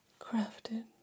crafted